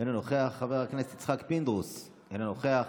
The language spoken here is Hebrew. אינו נוכח, חבר הכנסת יצחק פינדרוס, אינו נוכח,